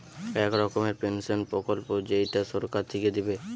এক রকমের পেনসন প্রকল্প যেইটা সরকার থিকে দিবে